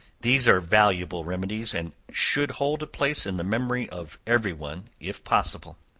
these are valuable remedies, and should hold a place in the memory of every one, if possible.